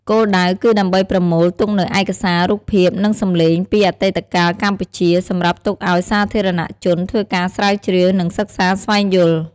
គោលដៅគឺដើម្បីប្រមូលទុកនូវឯកសាររូបភាព និងសំឡេងពីអតីតកាលកម្ពុជា សម្រាប់ទុកឱ្យសាធារណជនធ្វើការស្រាវជ្រាវ និងសិក្សាស្វែងយល់